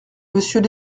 monsieur